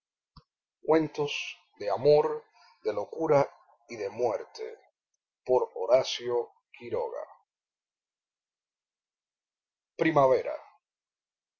cuentos de amor de locura y de muerte by horacio quiroga